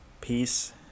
peace